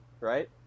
Right